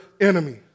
enemy